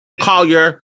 Collier